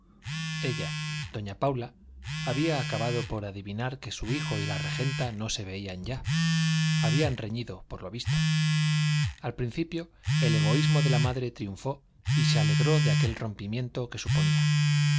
ella doña paula había acabado por adivinar que su hijo y la regenta no se veían ya habían reñido por lo visto al principio el egoísmo de la madre triunfó y se alegró de aquel rompimiento que suponía